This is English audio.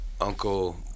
uncle